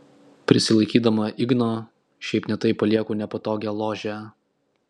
prisilaikydama igno šiaip ne taip palieku nepatogią ložę